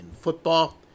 football